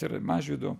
ir mažvydo